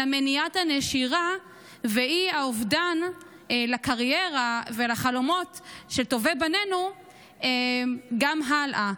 אלא מניעת הנשירה ואי-אובדן של הקריירה והחלומות של טובי בנינו גם הלאה.